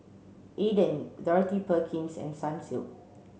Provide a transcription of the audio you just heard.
Aden Dorothy Perkins and Sunsilk